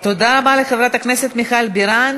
כל הכבוד, תודה רבה לחברת הכנסת מיכל בירן.